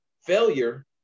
failure